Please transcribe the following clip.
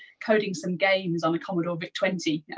coding some games on a commodore vic twenty